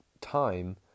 time